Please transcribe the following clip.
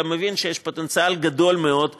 גם מבין שיש פוטנציאל גדול מאוד להגירה.